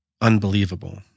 unbelievable